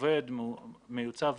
עובד ומיוצב.